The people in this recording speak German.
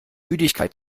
müdigkeit